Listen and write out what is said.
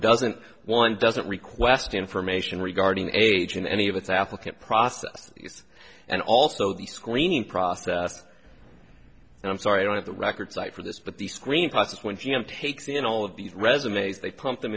doesn't want doesn't request information regarding age in any of its applicant process and also the screening process and i'm sorry i don't have the record cite for this but the screening process when g m takes in all of these resumes they pump them